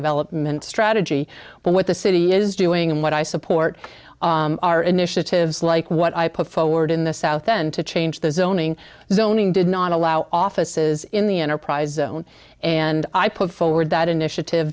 development strategy but what the city is doing and what i support our initiatives like what i put forward in the south then to change the zoning zoning did not allow offices in the enterprise zone and i put forward that initiative